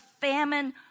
famine